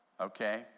okay